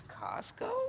Costco